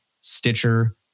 Stitcher